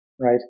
right